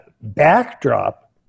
backdrop